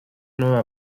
nueva